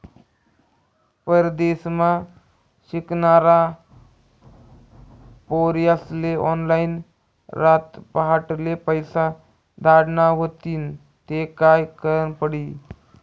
परदेसमा शिकनारा पोर्यास्ले ऑनलाईन रातपहाटले पैसा धाडना व्हतीन ते काय करनं पडी